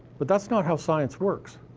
but that's not how science works.